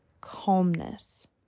calmness